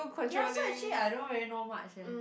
ya so actually I don't really know much eh